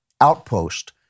outpost